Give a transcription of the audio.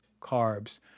carbs